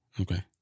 Okay